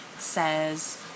says